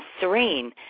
serene